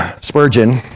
Spurgeon